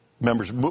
members